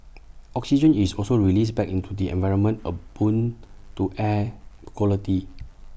oxygen is also released back into the environment A boon to air quality